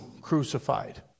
crucified